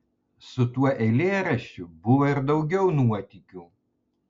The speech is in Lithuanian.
su tuo eilėraščiu buvo ir daugiau nuotykių